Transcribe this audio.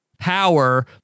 power